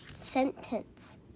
sentence